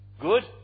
Good